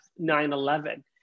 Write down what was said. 9-11